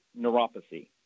neuropathy